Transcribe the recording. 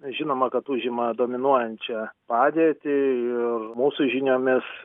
žinoma kad užima dominuojančią padėtį ir mūsų žiniomis